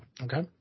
Okay